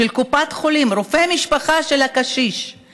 של קופת חולים, רופא משפחה של הקשיש.